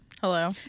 Hello